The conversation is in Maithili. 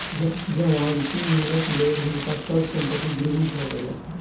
जमानती ऋणक लेल हुनका सभ संपत्ति गिरवी भ गेलैन